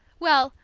well,